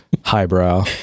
highbrow